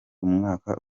umwaka